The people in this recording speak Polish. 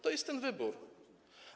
To jest ten wybór.